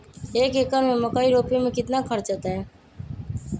एक एकर में मकई रोपे में कितना खर्च अतै?